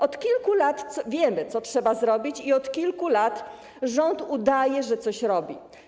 Od kilku lat wiemy, co trzeba zrobić, i od kilku lat rząd udaje, że coś robi.